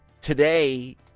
today